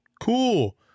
Cool